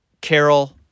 Carol